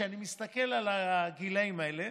כשאני מסתכל על הגילאים האלה.